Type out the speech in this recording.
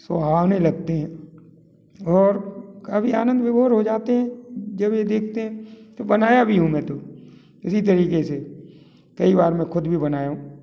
सुहाने लगते हैं और कभी आनंद विभोर हो जाते हें जब ये दखते हैं तो बनाया भी हूँ मैं तो उसी तरीक़े से कई बार मैं ख़ुद भी बनाया हूँ